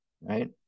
right